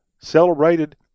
celebrated